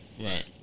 Right